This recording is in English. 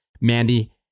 Mandy